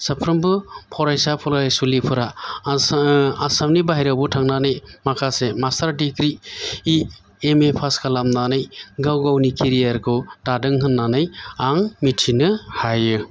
साफ्रोमबो फरायसा फरायसुलिफोरा आसामनि बायह्रायावबो थांनानै माखासे master degree M A pass खालामनानै गाव गावनि केरियार खौ दादों होन्नानै आं मिथिनो हायो